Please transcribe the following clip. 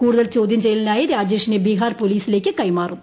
കൂടുതൽ ചോദ്യം ചെയ്യലിനായി രാജേഷിനെ ബീഹാർ പോലീസിലേക്ക് കൈമാറും